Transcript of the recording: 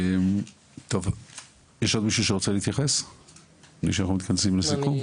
יש עוד מישהו שרוצה להתייחס לפני שאנחנו מתכנסים לסיכום?